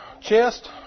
chest